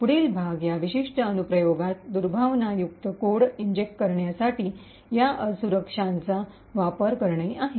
पुढील भाग या विशिष्ट अनुप्रयोगात दुर्भावनायुक्त कोड इंजेक्ट करण्यासाठी या असुरक्षाचा वापर करणे आहे